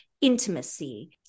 intimacy